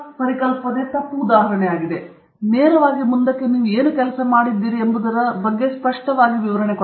ತಾಂತ್ರಿಕ ಪತ್ರಿಕೆಯಲ್ಲಿ ನೀವು ಅದನ್ನು ಸರಿಯಾಗಿ ಇರಿಸಲು ಬಯಸುತ್ತೀರಿ ನೇರವಾಗಿ ಮುಂದಕ್ಕೆ ನೀವು ಏನು ಕೆಲಸ ಮಾಡುತ್ತಿದ್ದೀರಿ ಎಂಬುದರ ಸ್ಪಷ್ಟ ವಿವರಣೆ